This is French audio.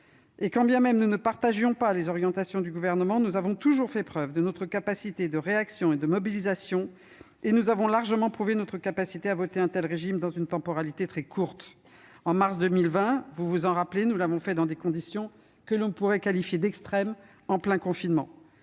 Quand bien même nous ne partagions pas les orientations du Gouvernement, nous avons toujours fait preuve de réactivité et su nous mobiliser ; nous avons largement prouvé notre capacité à voter un tel régime dans une temporalité très courte. En mars 2020, vous vous en souvenez, nous l'avons fait dans des conditions que l'on pourrait qualifier d'extrêmes, en plein confinement.